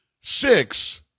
six